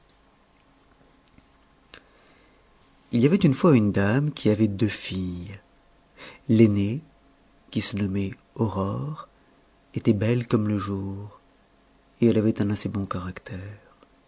il y avait une fois une dame qui avait deux filles l'aînée qui se nommait aurore était belle comme le jour et elle avait un assez bon caractère